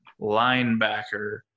linebacker